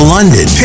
London